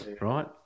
right